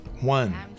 One